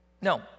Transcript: No